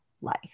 life